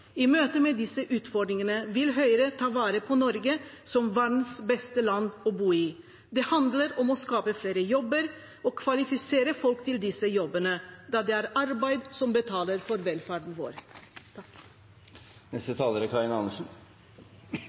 I møte med disse utfordringene vil Høyre ta vare på Norge som verdens beste land å bo i. Det handler om å skape flere jobber og å kvalifisere folk til disse jobbene, da det er arbeid som betaler for velferden vår. Det er